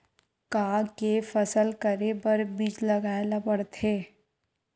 का के फसल करे बर बीज लगाए ला पड़थे?